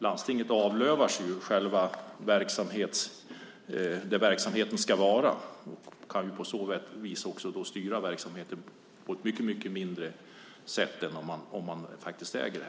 Landstinget avlövas ju det som ska vara verksamheten och kan på så vis styra verksamheten mycket mindre än om man är ägare.